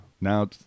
Now